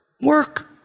Work